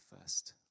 first